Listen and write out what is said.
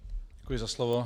Děkuji za slovo.